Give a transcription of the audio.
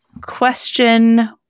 question